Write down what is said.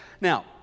Now